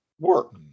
work